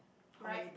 right